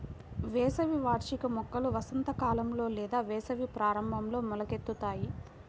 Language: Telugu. వేసవి వార్షిక మొక్కలు వసంతకాలంలో లేదా వేసవి ప్రారంభంలో మొలకెత్తుతాయి